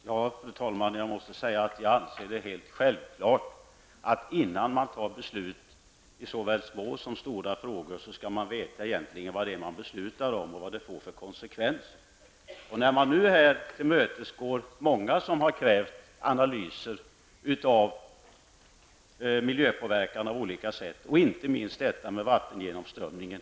Fru talman! Jag måste säga att jag anser det vara helt självklart att man innan beslut fattas -- och det kan då gälla såväl små som stora frågor --måste veta vad det är man egentligen beslutar och vilka konsekvenser fattade beslut får. Nu tillmötesgår man ju krav från de många människor som vill ha olika analyser av miljöpåverkan -- inte minst gäller det vattengenomströmningen.